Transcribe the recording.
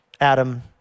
Adam